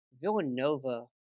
Villanova